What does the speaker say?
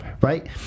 right